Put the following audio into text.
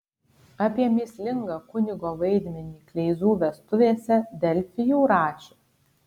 apie mįslingą kunigo vaidmenį kleizų vestuvėse delfi jau rašė